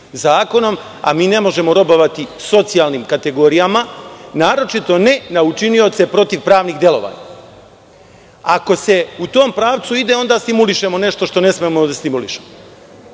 zakonom, a mi ne možemo robovati socijalnim kategorijama, naročito ne na učinioce protiv pravnih delovanja. Ako se u tom pravcu ide, onda stimulišemo nešto što ne smemo da stimulišemo.